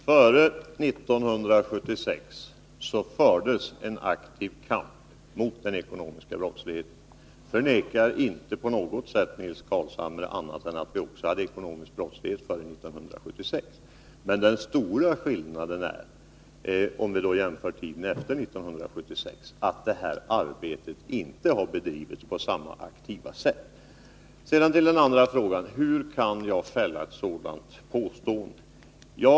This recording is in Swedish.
Herr talman! Före 1976 fördes en aktiv kamp mot den ekonomiska brottsligheten. Jag förnekar inte på något sätt, Nils Carlshamre, att vi hade ekonomisk brottslighet också före 1976. Men den stora skillnaden, om vi jämför med tiden efter 1976, är att detta arbete inte har bedrivits på samma aktiva sätt. Sedan till den andra frågan. Hur kan jag göra ett sådant påstående som jag gjorde?